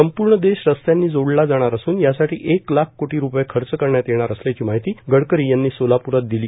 संपूर्ण देश रस्त्यांनी जोडला जाणार असून यासाठी एक लाख कोटी रूपये खर्च करण्यात येणार असल्याची माहिती गडकरी यांनी सोलापुरात दिली